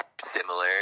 similar